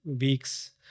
weeks